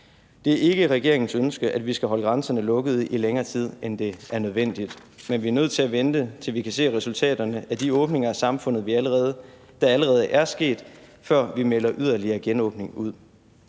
Det er ikke regeringens ønske, at vi skal holde grænserne lukket i længere tid, end det er nødvendigt. Men vi er nødt til at vente, til vi kan se resultaterne af de åbninger af samfundet, der allerede er sket, før vi melder ud om yderligere genåbning.